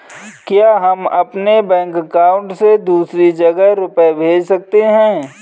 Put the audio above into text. क्या हम अपने बैंक अकाउंट से दूसरी जगह रुपये भेज सकते हैं?